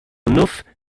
neuf